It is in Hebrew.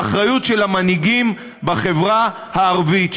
האחריות של המנהיגים בחברה הערבית,